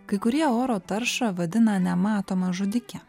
kai kurie oro taršą vadina nematoma žudike